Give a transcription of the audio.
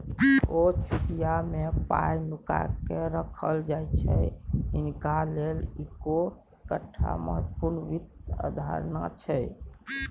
ओ चुकिया मे पाय नुकाकेँ राखय छथि हिनका लेल इहो एकटा महत्वपूर्ण वित्त अवधारणा छै